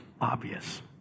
obvious